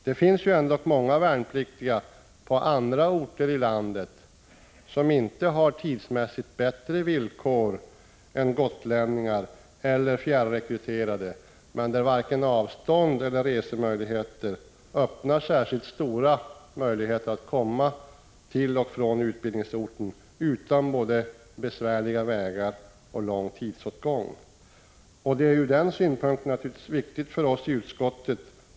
Det finns trots allt många värnpliktiga på andra orter i landet som har sämre tidsmässiga resevillkor än gotlänningar eller fjärrekryterade. Både långa avstånd och brist på resemöjligheter gör att de inte utan besvärligheter och stor tidsåtgång kan komma till och från ;| utbildningsorten.